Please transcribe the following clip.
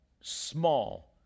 small